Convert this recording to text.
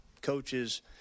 coaches